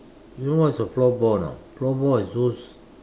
you know what's a floorball or not floorball is those